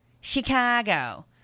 Chicago